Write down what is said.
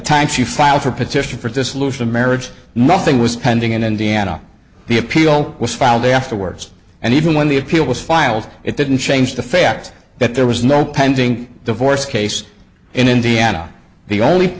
time she filed her petition for dissolution of marriage nothing was pending in indiana the appeal was filed afterwards and even when the appeal was filed it didn't change the fact that there was no pending divorce case in indiana the only